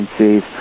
agencies